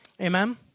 Amen